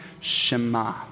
Shema